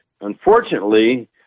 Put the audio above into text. Unfortunately